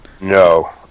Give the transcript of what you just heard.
No